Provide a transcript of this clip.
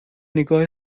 نگاه